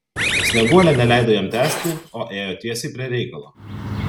snieguolė neleido jam tęsti o ėjo tiesiai prie reikalo